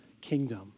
kingdom